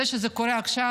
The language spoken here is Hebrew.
זה שזה קורה עכשיו,